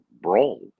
brawl